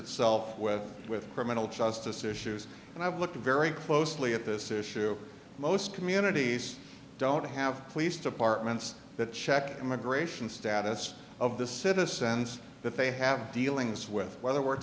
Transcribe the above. itself with with criminal justice issues and i've looked very closely at this issue most communities don't have police departments that check immigration status of the citizens that they have dealings with whether we're